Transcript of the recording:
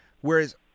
Whereas